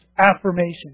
affirmation